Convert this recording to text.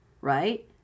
right